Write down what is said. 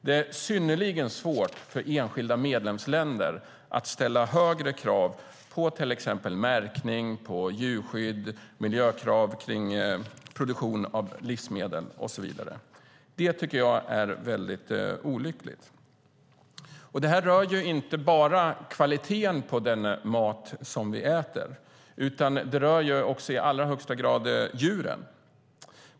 Det är synnerligen svårt för enskilda medlemsländer att ställa högre krav på till exempel märkning och djurskydd eller miljökrav vid produktion av livsmedel. Det är olyckligt. Det här rör inte bara kvaliteten på den mat vi äter. Det här rör också i allra högsta grad djuren.